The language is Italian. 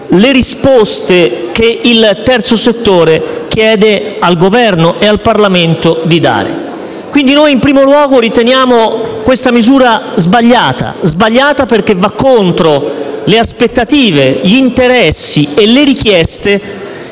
le risposte che il terzo settore chiede al Governo e al Parlamento. Noi quindi riteniamo, in primo luogo, questa misura sbagliata, perché va contro le aspettative, gli interessi e le richieste